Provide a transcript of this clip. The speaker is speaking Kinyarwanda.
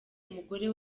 umugore